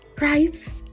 Right